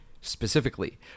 specifically